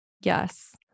Yes